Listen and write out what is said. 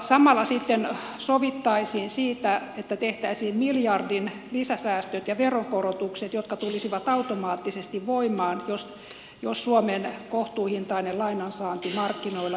samalla sitten sovittaisiin siitä että tehtäisiin miljardin lisäsäästöt ja veronkorotukset jotka tulisivat automaattisesti voimaan jos suomen kohtuuhintainen lainansaanti markkinoilla sitä vaatisi